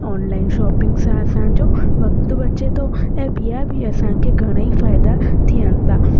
online shopping सां असांजो वक़्ति बचे थो ऐं ॿिया बि असांखे घणेई फ़ाइदा थियनि था